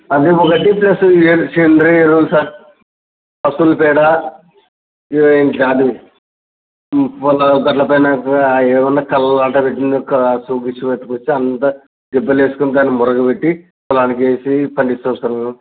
అది ఒకటి ప్లస్ సేంద్రియ ఎరువులు సార్ పశువుల పేడ ఇవి ఏం కాదు మళ్ళీ కల్లంలో పెట్టిన అంత గీసు అంతా పట్టుకొచ్చి అంత దిబ్బల వేసుకుని దాన్ని మురగపెట్టి పొలానికి వేసి పండిస్తాం సార్ మేము